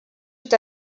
est